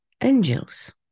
angels